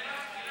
לרשותך.